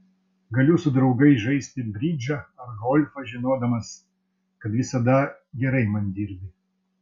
galiu su draugais žaisti bridžą ar golfą žinodamas kad visada gerai man dirbi